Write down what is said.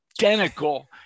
identical